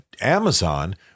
Amazon